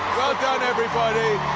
done everybody